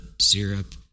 syrup